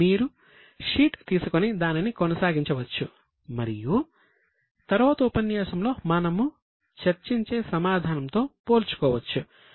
కాబట్టి మీరు షీట్ తీసుకొని దానిని కొనసాగించవచ్చు మరియు తరువాత ఉపన్యాసంలో మనము చర్చించే సమాధానంతో పోల్చుకోవచ్చు